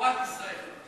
גיבורת ישראל.